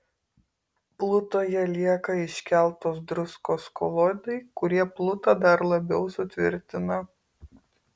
plutoje lieka iškeltos druskos koloidai kurie plutą dar labiau sutvirtina